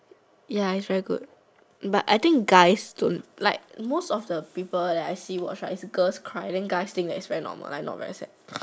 ya is very good but I think guys don't like the most of the people I see watch right girls cry then guys think that is very normal like not very sad